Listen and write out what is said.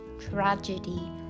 tragedy